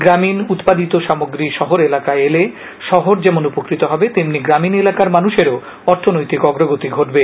গ্রামীণ উৎপাদিত সামগ্রী শহর এলাকায় এলে শহর যেমন উপকৃত হবে তেমনি গ্রামীণ এলাকার মানুষেরও অর্থনৈতিক অগ্রগতি ঘটবে